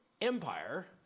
Empire